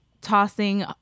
tossing